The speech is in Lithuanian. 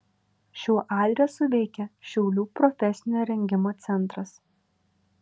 šiuo adresu veikia šiaulių profesinio rengimo centras